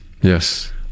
Yes